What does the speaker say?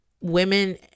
women